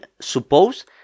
suppose